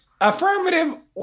affirmative